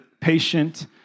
patient